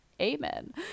Amen